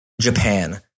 Japan